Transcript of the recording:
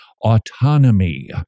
autonomy